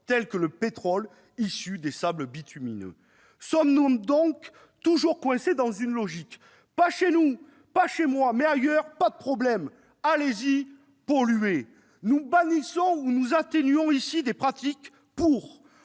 celle du pétrole issu des sables bitumineux. Sommes-nous donc toujours coincés dans la logique « pas chez moi, mais ailleurs, pas de problème, allez-y, polluez !»? Nous bannissons ou nous atténuons ici des pratiques pour